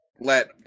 let